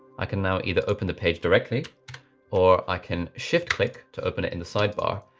i can now either open the page directly or i can shift, click to open it in the sidebar.